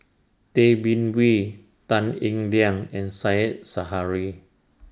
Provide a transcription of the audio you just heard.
Tay Bin Wee Tan Eng Liang and Said Zahari